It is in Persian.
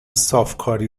صافکاری